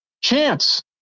chance